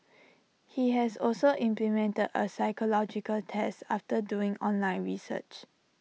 he has also implemented A psychological test after doing online research